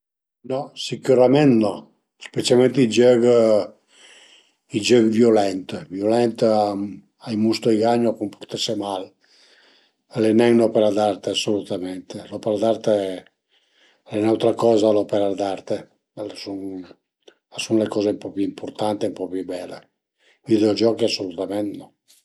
No sicürament no, specialment i giögh i giögh viulent, viulent a i mustu ai gagnu a cumpurtese mal, al e nen n'opera d'arte assolutamente, l'opera d'arte al e ün'autra coza, l'opera d'arte, a sun a sun le coze ën po pi ëmpurtante, ën po pi bele, i videogiochi asulutament no